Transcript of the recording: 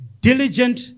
diligent